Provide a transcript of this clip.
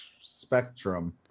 Spectrum